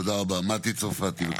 תראו, אני עומדת כאן די בבושה.